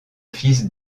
fils